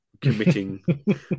committing